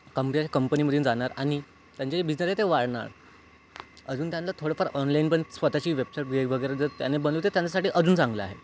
कंपल्य कंपनीमधून जाणार आणि त्यांचे जे बिजनेस आहे ते वाढणार अजून त्यांना थोडंफार ऑनलाईन पण स्वतःची वेबसाईट वगैरे जर त्यांनी बनवली तर त्यांच्यासाठी अजून चांगलं आहे